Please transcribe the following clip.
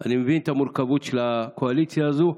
אני מבין את המורכבות של הקואליציה הזו,